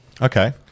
Okay